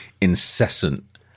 incessant